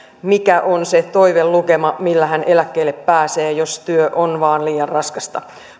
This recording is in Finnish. mikä on se toivelukema millä hän eläkkeelle pääsee jos työ on vain liian raskasta